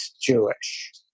Jewish